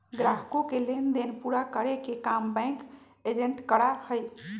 ग्राहकों के लेन देन पूरा करे के काम बैंक एजेंट करा हई